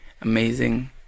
amazing